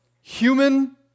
human